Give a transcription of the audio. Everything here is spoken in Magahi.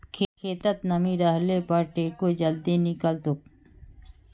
खेतत नमी रहले पर टेको जल्दी निकलतोक